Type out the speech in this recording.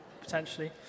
potentially